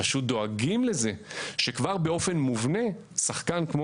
פשוט דואגים לזה שכבר באופן מובנה שחקן כמו